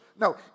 No